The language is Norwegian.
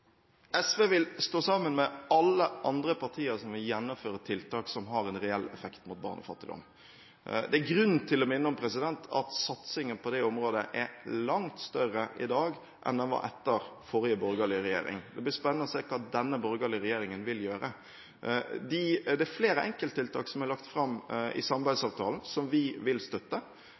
SV vil stå sammen med alle andre partier som vil gjennomføre tiltak som har en reell effekt mot barnefattigdom. Det er grunn til å minne om at satsingen på det området er langt større i dag enn den var etter forrige borgerlige regjering. Det blir spennende å se hva denne borgerlige regjeringen vil gjøre. Det er flere enkelttiltak som er lagt fram i samarbeidsavtalen, som vi vil støtte.